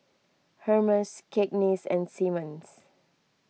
Hermes Cakenis and Simmons